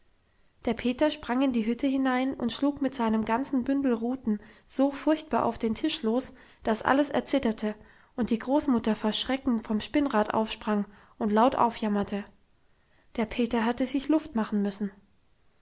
der peter sprang in die hütte hinein und schlug mit seinem ganzen bündel ruten so furchtbar auf den tisch los dass alles erzitterte und die großmutter vor schrecken vom spinnrad aufsprang und laut aufjammerte der peter hatte sich luft machen müssen